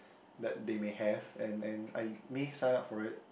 that they may have and and I may sign up for it